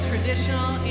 traditional